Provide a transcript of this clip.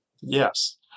Yes